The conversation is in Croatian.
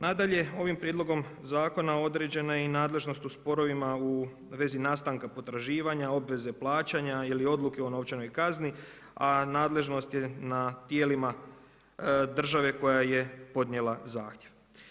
Nadalje, ovim prijedlogom zakona određena je i nadležnost u sporovima u vezi nastanka potraživanja, obveze plaćanja ili odluke o novčanoj kazni, a nadležnost je na tijelima države koja je podnijela zahtjev.